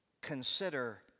Consider